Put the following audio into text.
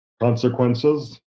consequences